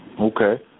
Okay